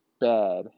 bad